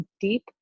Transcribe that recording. deep